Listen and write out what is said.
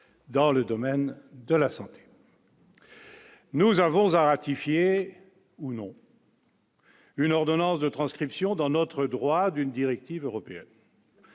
dans le domaine de la santé. Nous avons à ratifier ou non. Une ordonnance de transcription dans notre droit d'une directive européenne.